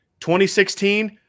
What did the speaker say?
2016